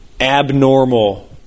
abnormal